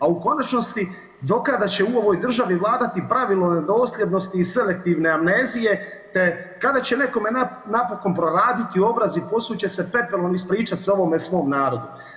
A u konačnosti do kada će u ovoj državi vladati pravilo nedosljednosti i selektivne amnezije te kada će nekome napokon proraditi obraz i posut će se pepelom i ispričati se ovome svom narodu?